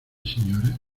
señora